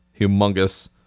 humongous